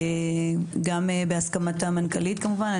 גם בהסכמת המנכ"לית כמובן.